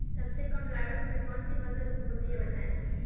सबसे कम लागत में कौन सी फसल होती है बताएँ?